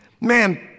Man